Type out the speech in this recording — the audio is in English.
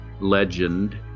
legend